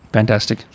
Fantastic